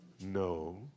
No